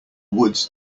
woods